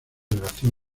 relación